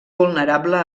vulnerable